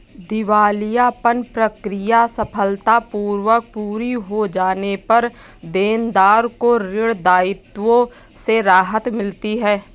दिवालियापन प्रक्रिया सफलतापूर्वक पूरी हो जाने पर देनदार को ऋण दायित्वों से राहत मिलती है